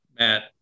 Matt